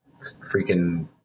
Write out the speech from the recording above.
freaking